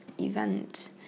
event